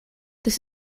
this